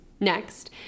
Next